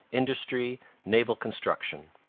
industry, naval construction.